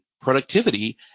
productivity